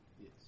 Yes